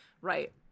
right